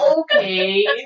Okay